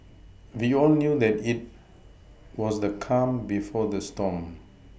we all knew that it was the calm before the storm